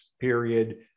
period